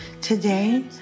Today